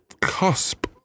cusp